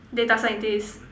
data scientist